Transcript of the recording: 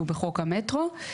שהוא בחוק המטרו.